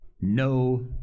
no